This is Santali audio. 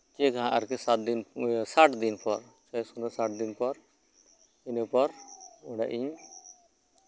ᱪᱮᱠᱼᱟ ᱦᱟᱜ ᱥᱟᱛ ᱫᱤᱱ ᱥᱟᱴ ᱫᱤᱱ ᱯᱚᱨ ᱤᱱᱟᱹ ᱯᱚᱨ ᱚᱲᱟᱜ ᱤᱧ